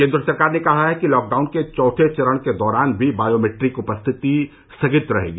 केन्द्र सरकार ने कहा है कि लॉकडाउन के चौथे चरण के दौरान भी बायोमेट्रिक उपस्थिति स्थगित रहेगी